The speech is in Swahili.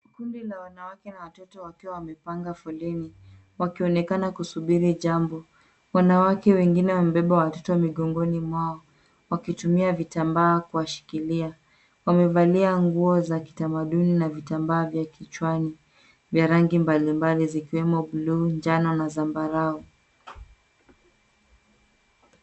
Kundi la wanawake na watoto wakiwa wamepanga foleni, wakionekana kusubiri jambo. Wanawake wengine wamebeba watoto migongoni mwao wakitumia vitambaa kuwashikilia. Wamevalia nguo za kitamaduni na vitambaa vya kichwani vya rangi mbalimbali zikiwemo buluu, njano na zambarau.